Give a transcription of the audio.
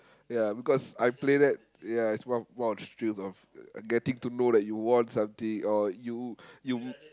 ya because I play that ya it's one one of the thrills of getting to know that you won something or you you